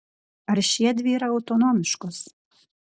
ar šiedvi yra autonomiškos